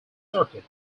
circuit